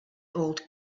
old